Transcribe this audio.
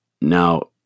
Now